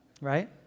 right